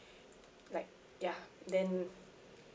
like ya then